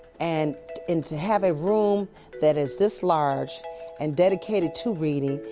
and and to have a room that is this large and dedicated to reading,